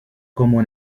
como